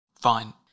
Fine